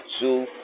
two